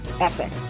epic